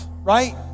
right